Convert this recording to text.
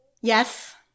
Yes